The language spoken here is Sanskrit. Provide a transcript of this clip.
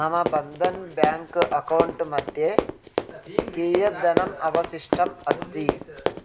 मम बन्दन् बेङ्क् अकौण्ट् मध्ये कियद् धनम् अवशिष्टम् अस्ति